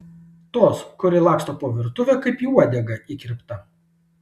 tos kuri laksto po virtuvę kaip į uodegą įkirpta